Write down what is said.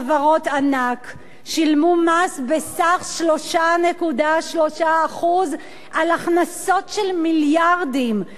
חברות ענק שילמו מס בסך 3.3% על הכנסות של מיליארדים.